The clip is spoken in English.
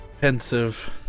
pensive